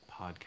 podcast